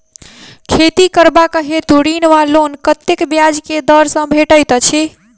खेती करबाक हेतु ऋण वा लोन कतेक ब्याज केँ दर सँ भेटैत अछि?